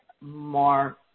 more